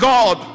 God